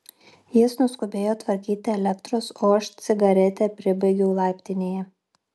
jis nuskubėjo tvarkyti elektros o aš cigaretę pribaigiau laiptinėje